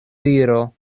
viro